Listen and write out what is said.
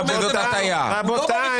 יש לי